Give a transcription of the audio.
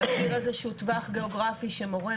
להגדיר איזה שהוא טווח גיאוגרפי שמורות,